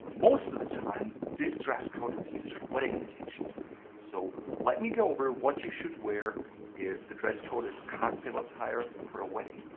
most of the the time, this dress code is used for wedding invitations so let me go over what you should wear if the dress code is cocktail attire for a wedding.